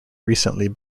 recently